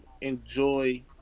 enjoy